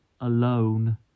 Alone